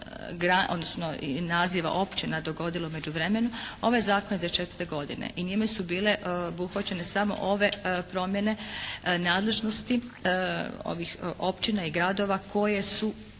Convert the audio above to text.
i naziva općina dogodile u međuvremenu. Ovaj zakon je iz 94. godine i njime su bile obuhvaćene samo ove promjene nadležnosti ovih općina i gradova koji se